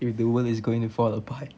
if the world is going to fall apart